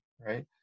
right